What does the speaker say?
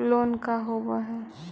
Loan का होव हइ?